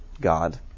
God